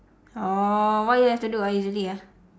oh what you have to do ah usually ah